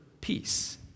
peace